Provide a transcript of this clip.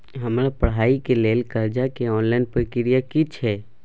हमरा पढ़ाई के लेल कर्जा के ऑनलाइन प्रक्रिया की छै?